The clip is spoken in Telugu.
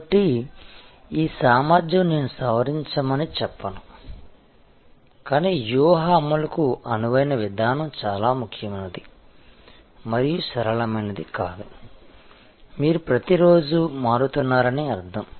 కాబట్టి ఈ సామర్ధ్యం నేను సవరించమని చెప్పను కానీ వ్యూహ అమలుకు అనువైన విధానం చాలా ముఖ్యమైనది మరియు సరళమైనది కాదు మీరు ప్రతిరోజూ మారుతున్నారని అర్థం